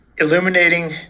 illuminating